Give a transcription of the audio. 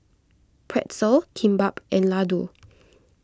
Pretzel Kimbap and Ladoo